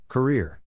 Career